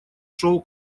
шел